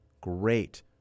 great